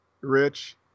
Rich